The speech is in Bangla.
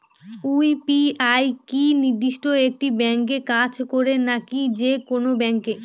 ইউ.পি.আই কি নির্দিষ্ট একটি ব্যাংকে কাজ করে নাকি যে কোনো ব্যাংকে?